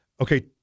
okay